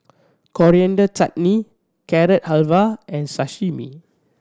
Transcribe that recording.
Coriander Chutney Carrot Halwa and Sashimi